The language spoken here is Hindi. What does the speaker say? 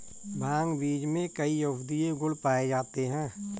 भांग बीज में कई औषधीय गुण पाए जाते हैं